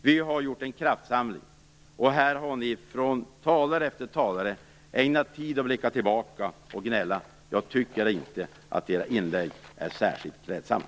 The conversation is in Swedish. Vi har gjort en kraftsamling, och här har nu talare efter talare ägnat tid åt att blicka tillbaka och gnälla. Jag tycker inte att era inlägg är särskilt klädsamma.